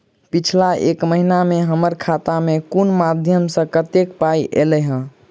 पिछला एक महीना मे हम्मर खाता मे कुन मध्यमे सऽ कत्तेक पाई ऐलई ह?